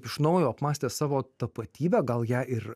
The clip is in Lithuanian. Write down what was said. iš naujo apmąstė savo tapatybę gal ją ir